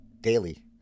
Daily